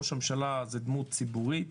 ראש הממשלה הוא דמות ציבורית.